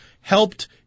helped